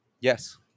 yes